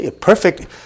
Perfect